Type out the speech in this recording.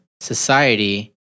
society